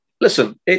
Listen